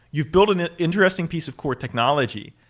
you've built an an interesting piece of core technology.